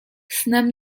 snem